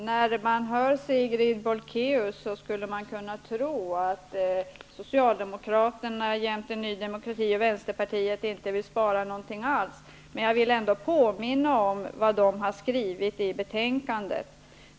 Herr talman! När man hör Sigrid Bolkéus skulle man kunna tro att Socialdemokraterna jämte Ny demokrati och Vänsterpartiet inte vill spara någonting alls. Jag vill ändå påminna om vad de har skrivit i betänkandet.